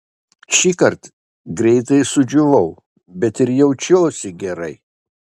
šįkart greitai sudžiūvau bet ir jaučiuosi gerai